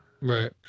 right